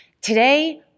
Today